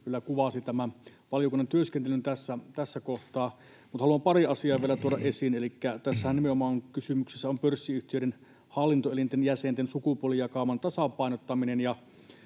kyllä kuvasi valiokunnan työskentelyn tässä kohtaa, mutta haluan pari asiaa vielä tuoda esiin: Tässähän nimenomaan kysymyksessä on pörssiyhtiöiden hallintoelinten jäsenten sukupuolijakauman tasapainottaminen,